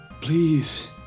please